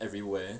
everywhere